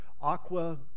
aqua